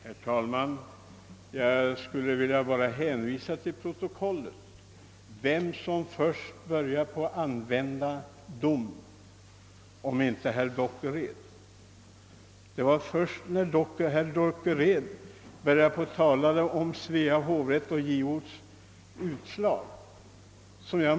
Herr talman! Jag vill bara hänvisa till protokollet, av vilket torde framgå att herr Dockered och Grebäck var de som först började tala om Svea hovrätts och JO:s dom.